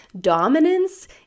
dominance